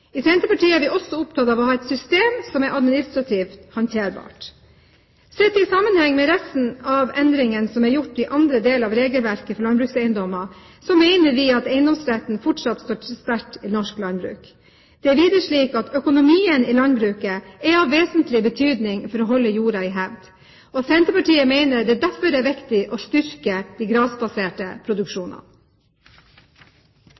I Senterpartiet er vi også opptatt av å ha et system som er administrativt håndterbart. Sett i sammenheng med resten av endringene som er gjort i andre deler av regleverket for landbrukseiendommer, mener vi at eiendomsretten fortsatt står sterkt i norsk landbruk. Det er videre slik at økonomien i landbruket er av vesentlig betydning for å holde jorda i hevd, og Senterpartiet mener det derfor er viktig å styrke de grasbaserte